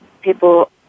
people